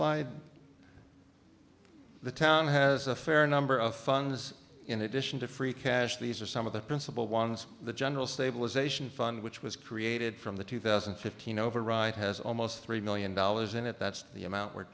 slide the town has a fair number of funds in addition to free cash these are some of the principal ones the general stabilization fund which was created from the two thousand and fifteen override has almost three million dollars in it that's the amount w